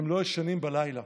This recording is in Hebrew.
והם לא ישנים בלילה.